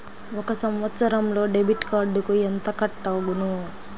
ఒక సంవత్సరంలో డెబిట్ కార్డుకు ఎంత కట్ అగును?